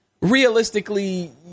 realistically